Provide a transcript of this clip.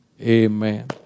Amen